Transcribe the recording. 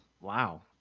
Wow